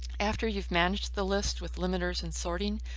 after you've managed the list with limiters and sorting,